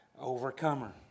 overcomer